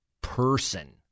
person